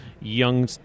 young